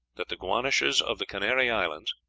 that the guanches of the canary islands,